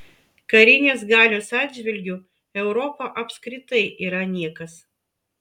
karinės galios atžvilgiu europa apskritai yra niekas